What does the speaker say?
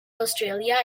australia